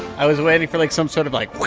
i was waiting for, like, some sort of like,